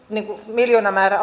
miljoonamäärä